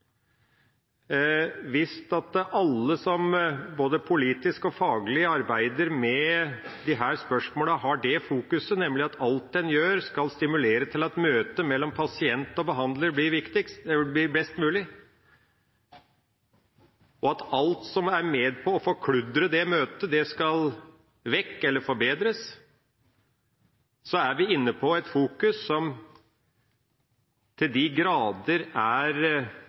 alle som både politisk og faglig arbeider med disse spørsmålene, har dét fokuset, nemlig at alt en gjør skal stimulere til at møtet mellom pasient og behandler blir best mulig, og at alt som er med på å forkludre det møtet, skal vekk eller forbedres, er vi inne på en vei som til de grader er